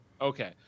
Okay